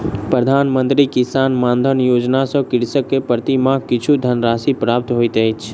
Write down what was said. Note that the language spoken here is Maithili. प्रधान मंत्री किसान मानधन योजना सॅ कृषक के प्रति माह किछु धनराशि प्राप्त होइत अछि